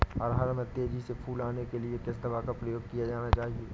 अरहर में तेजी से फूल आने के लिए किस दवा का प्रयोग किया जाना चाहिए?